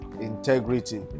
integrity